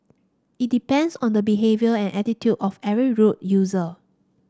it depends on the behaviour and attitude of every road user